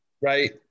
right